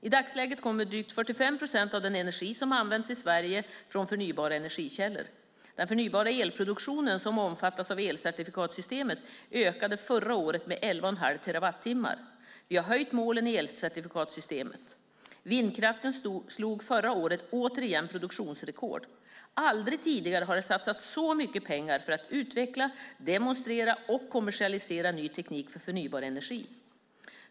I dagsläget kommer drygt 45 procent av den energi som används i Sverige från förnybara energikällor. Den förnybara elproduktion som omfattas av elcertifikatssystemet ökade förra året med 11,5 terawattimmar. Vi har höjt målen i elcertifikatssystemet. Vindkraften slog förra året återigen produktionsrekord. Aldrig tidigare har det satsats så mycket pengar för att utveckla, demonstrera och kommersialisera ny teknik för förnybar energi.